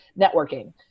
networking